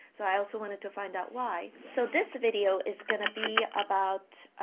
so i also wanted to find out why so this video is gonna be about